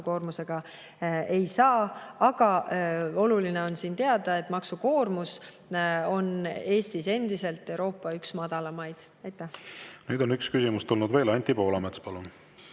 maksukoormusega ei saa. Aga oluline on teada, et maksukoormus on Eestis endiselt Euroopa üks madalamaid. Nüüd on veel üks küsimus tulnud. Anti Poolamets, palun!